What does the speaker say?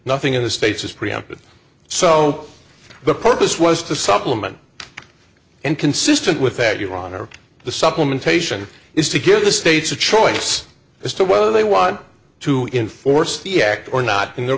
nothing in the states is preempted so the purpose was to supplement and consistent with that your honor the supplementation is to give the states a choice as to whether they want to enforce the act or not in the